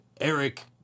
Eric